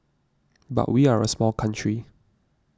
but we are a small country